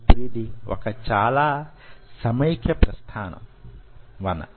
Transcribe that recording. ఇప్పుడిది వొక చాలా సమైక్య ప్రస్థావన